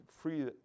free